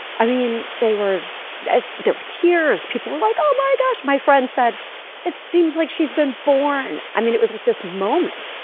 i mean they were there were tears. people were like oh my gosh. my friend said it seems like she's been born. i mean it was like this moment.